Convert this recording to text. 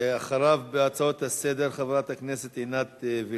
אחריו בהצעות לסדר-היום, חברת הכנסת עינת וילף.